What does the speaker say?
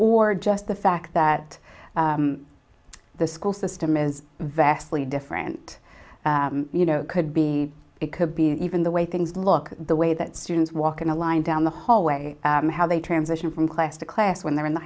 or just the fact that the school system is vastly different you know it could be it could be even the way things look the way that students walk in a line down the hallway and how they transition from class to class when they're in the